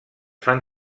fan